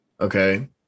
Okay